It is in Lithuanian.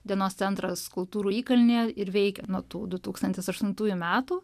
dienos centras kultūrų įkalnė ir veikia nuo tų du tūkstantis aštuntųjų metų